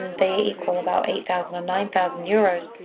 and they equal about eight thousand or nine thousand euros,